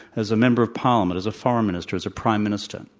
as a member of parliament, as a foreign minister, as a prime minister.